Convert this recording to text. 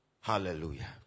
Hallelujah